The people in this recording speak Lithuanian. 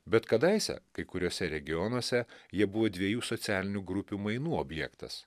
bet kadaise kai kuriuose regionuose jie buvo dviejų socialinių grupių mainų objektas